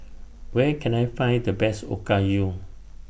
Where Can I Find The Best Okayu